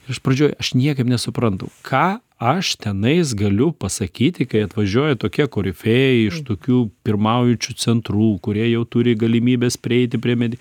iš pradžių aš niekaip nesuprantu ką aš tenais galiu pasakyti kai atvažiuoja tokie korifėjai iš tokių pirmaujančių centrų kurie jau turi galimybes prieiti prie medi